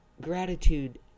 Gratitude